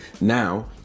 Now